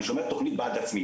אני שומע תוכנית "בעד עצמי",